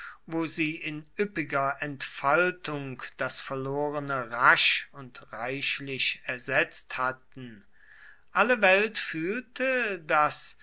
wo sie in üppiger entfaltung das verlorene rasch und reichlich ersetzt hatten alle welt fühlte daß